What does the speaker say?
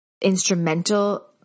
instrumental